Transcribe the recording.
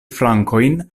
frankojn